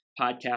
Podcast